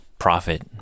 profit